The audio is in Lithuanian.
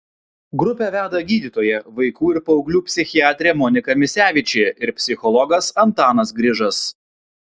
grupę veda gydytoja vaikų ir paauglių psichiatrė monika misevičė ir psichologas antanas grižas